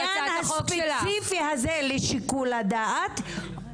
בעניין הספציפי הזה לשיקול הדעת,